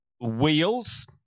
wheels